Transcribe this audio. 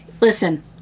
listen